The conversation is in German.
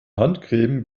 handcreme